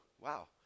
Wow